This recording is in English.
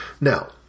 Now